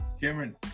Cameron